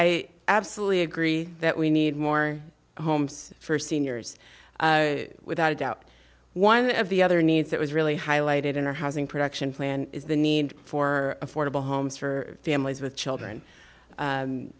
i absolutely agree that we need more homes for seniors without a doubt one of the other needs that was really highlighted in our housing production plan is the need for affordable homes for families with children